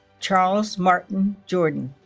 charles martin jordan